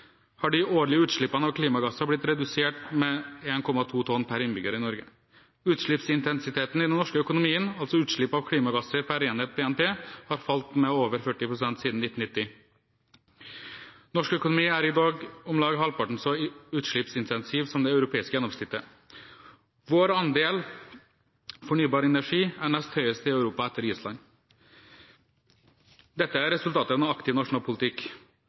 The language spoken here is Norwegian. har de årlige utslippene av klimagasser blitt redusert med 1,2 tonn per innbygger i Norge. Utslippsintensiteten i den norske økonomien – altså utslipp av klimagasser per enhet BNP – har falt med over 40 pst. siden 1990. Norsk økonomi er i dag om lag halvparten så utslippsintensiv som det europeiske gjennomsnittet. Vår andel fornybar energi er nest høyest i Europa, etter Island. Dette er resultatet av en aktiv